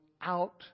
out